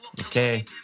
Okay